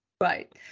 Right